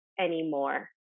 anymore